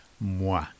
Moi